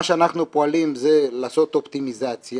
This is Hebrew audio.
מה שאנחנו פועלים זה לעשות אופטימיזציה,